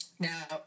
Now